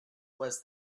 was